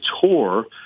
Tour